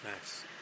nice